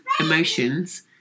emotions